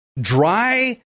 dry